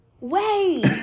Wait